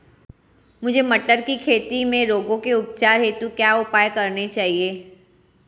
मुझे मटर की खेती में रोगों के उपचार हेतु क्या उपाय करने चाहिए?